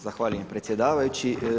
Zahvaljujem predsjedavajući.